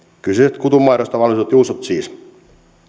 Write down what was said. kyseiset kutunmaidosta valmistetut juustot siis